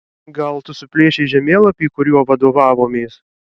gal tu suplėšei žemėlapį kuriuo vadovavomės